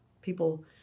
people